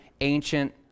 ancient